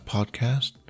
Podcast